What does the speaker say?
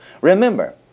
Remember